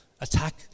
attack